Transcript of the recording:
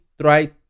try